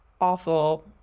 awful